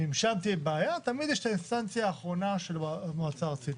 ואם שם תהיה בעיה תמיד יש האינסטנציה האחרונה של מועצה ארצית.